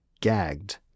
gagged